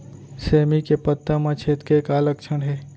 सेमी के पत्ता म छेद के का लक्षण हे?